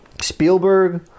Spielberg